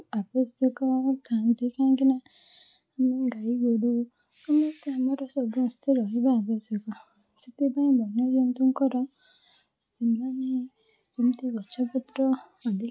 ଆବଶ୍ୟକ ଥାଆନ୍ତି କାହିଁକିନା ଆମେ ଗାଈଗୋରୁ ସମସ୍ତେ ଆମର ସମସ୍ତେ ରହିବା ଆବଶ୍ୟକ ସେଥିପାଇଁ ବନ୍ୟଜନ୍ତୁଙ୍କର ସେମାନେ ଯେମିତି ଗଛପତ୍ର ଅଧିକା